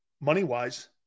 money-wise